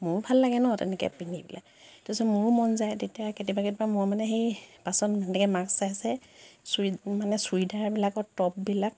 মোৰো ভাল লাগে ন' তেনেকৈ পিন্ধি পেলাই তাৰপিছত মোৰো মন যায় তেতিয়া কেতিয়াবা কেতিয়াবা মই মানে সেই পাছত তেনেকৈ মাক চাই চাই চুই মানে চুৰিদাৰবিলাকৰ টপবিলাক